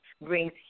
brings